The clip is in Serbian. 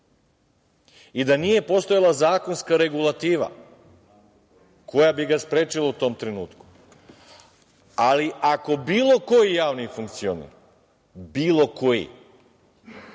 i da nije postojala zakonska regulativa koja bi ga sprečila u tom trenutku, ali ako bilo koji javni funkcioner, bilo koji,